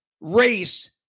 race